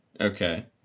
Okay